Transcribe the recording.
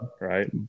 Right